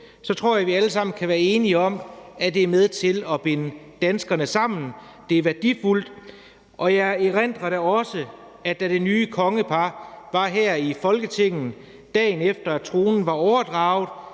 tror jeg, at vi alle sammen kan være enige om, at det er med til at binde danskerne sammen, det er værdifuldt. Jeg erindrer da også, at da det nye kongepar var her i Folketinget, dagen efter at tronen var overdraget,